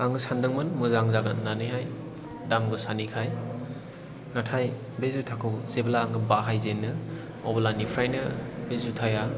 आङो सान्दोंमोन मोजां जागोन होननानैहाय दाम गोसानिखाय नाथाय बे जुथाखौ जेब्ला आङो बाहायजेनो अब्लानिफ्रायनो बे जुथाया